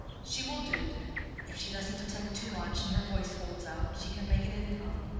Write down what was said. she will do if she doesn't attempt too much and her voice holds out, she can make an income.